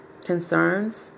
concerns